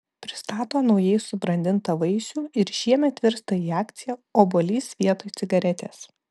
pristato naujai subrandintą vaisių ir šiemet virsta į akciją obuolys vietoj cigaretės